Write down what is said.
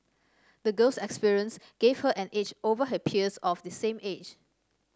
the girl's experience gave her an edge over her peers of the same age